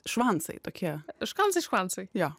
švansai tokie škansai švansai jo